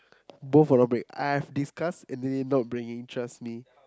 both will not bring I have discuss and they not bringing trust me